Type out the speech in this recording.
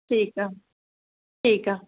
ठीकु आहे ठीकु आहे